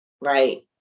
right